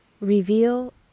Reveal